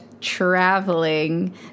traveling